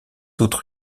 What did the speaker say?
autres